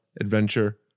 adventure